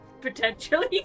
potentially